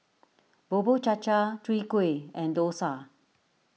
Bubur Cha Cha Chwee Kueh and Dosa